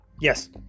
Yes